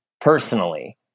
personally